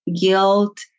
guilt